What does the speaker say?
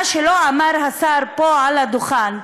מה שלא אמר השר פה על הדוכן,